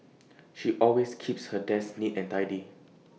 she always keeps her desk neat and tidy